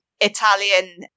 Italian